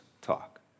talk